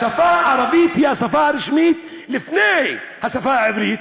השפה הערבית היא השפה הרשמית לפני השפה העברית.